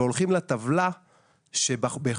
והולכים לטבלה בחוק,